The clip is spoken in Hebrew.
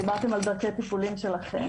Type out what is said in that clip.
דיברתם על דרכי הטיפולים שלכם.